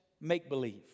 make-believe